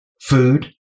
food